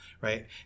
right